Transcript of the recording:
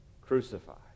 crucified